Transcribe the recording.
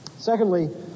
Secondly